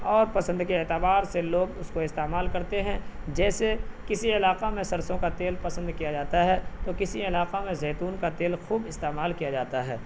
اور پسند کے اعتبار سے لوگ اس کو استعمال کرتے ہیں جیسے کسی علاقہ میں سرسوں کا تیل پسند کیا جاتا ہے تو کسی علاقہ میں زیتون کا تیل خوب استعمال کیا جاتا ہے